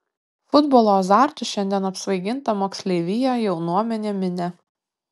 futbolo azartu šiandien apsvaiginta moksleivija jaunuomenė minia